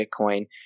Bitcoin